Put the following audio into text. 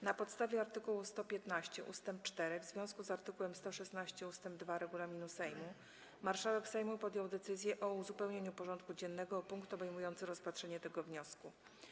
Na podstawie art. 115 ust. 4 w związku z art. 116 ust. 2 regulaminu Sejmu Marszałek Sejmu podjął decyzję o uzupełnieniu porządku dziennego o punkt obejmujący rozpatrzenie tego wniosku.